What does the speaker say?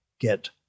get